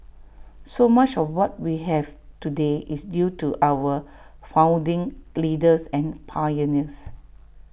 so much of what we have today is due to our founding leaders and pioneers